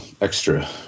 extra